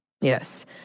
Yes